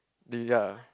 they ya